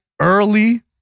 early